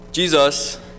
Jesus